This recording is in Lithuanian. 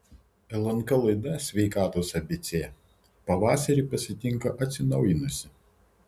lnk laida sveikatos abc pavasarį pasitinka atsinaujinusi